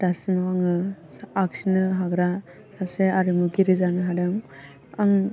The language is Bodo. दासिमाव आङो आखिनो हाग्रा सासे आरिमुगिरि जानो हादों आं